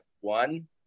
one